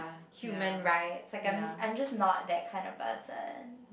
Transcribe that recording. human rights like I'm I'm just not that kind of person